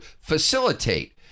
facilitate